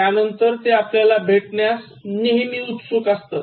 त्यांनतर ते आपलयाला भेटण्यास नेहमी उत्सुक असतात